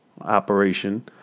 operation